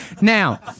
Now